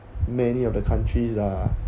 many of the countries are